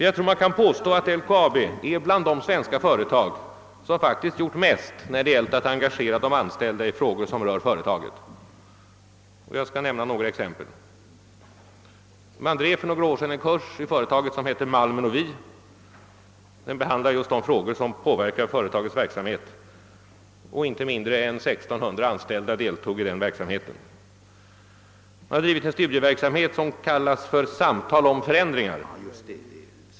Jag tror man kan påstå att LKAB hör till de svenska företag som faktiskt gjort mest när det gällt att engagera de anställda i frågor som rör företaget. Jag skall nämna några exempel. Man drev för några år sedan en kurs i företaget som hette Malmen och vi. Den behandlade just frågor som påverkar företagets verksamhet. Inte mindre än 1600 anställda deltog i den verksamheten. Det har drivits en studieverksamhet som kallats för Samtal om förändringar.